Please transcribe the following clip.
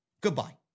Goodbye